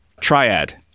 Triad